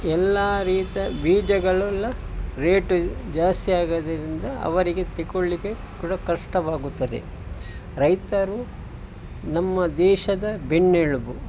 ಎಲ್ಲ ರೀತಿಯ ಬೀಜಗಳೆಲ್ಲ ರೇಟ್ ಜಾಸ್ತಿ ಆಗೋದರಿಂದ ಅವರಿಗೆ ತಗೋಳಿಕ್ಕೆ ಕೂಡ ಕಷ್ಟವಾಗುತ್ತದೆ ರೈತರು ನಮ್ಮ ದೇಶದ ಬೆನ್ನೆಲುಬು